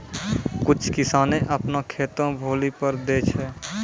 कुछ किसाने अपनो खेतो भौली पर दै छै